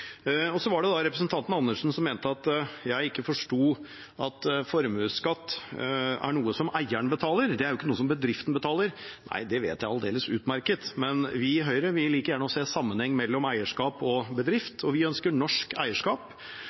Og så var det da representanten Andersen, som mente at jeg ikke forsto at formuesskatt er noe som eieren betaler – det er ikke noe bedriften betaler. Nei, det vet jeg aldeles utmerket. Men vi i Høyre liker å se sammenhengen mellom eierskap og bedrift, og vi ønsker norsk eierskap,